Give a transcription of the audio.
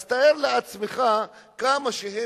אז תאר לעצמך כמה הם